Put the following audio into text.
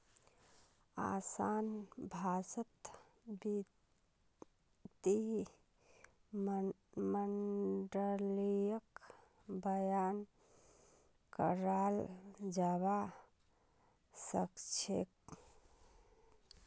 असान भाषात वित्तीय माडलिंगक बयान कराल जाबा सखछेक